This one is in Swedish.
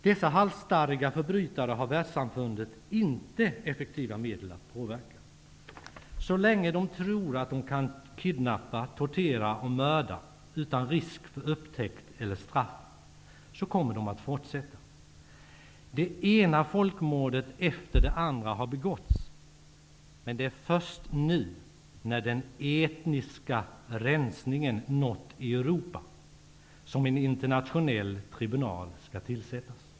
Dessa halsstarriga förbrytare har världssamfundet inte effektiva medel att påverka. Så länge de tror att de kan kidnappa, tortera och mörda utan risk för upptäckt eller straff kommer de att fortsätta. Det ena folkmordet efter det andra har begåtts, men det är först nu när den ''etniska rensningen'' nått Europa som en internationell tribunal skall tillsättas.